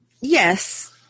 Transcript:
yes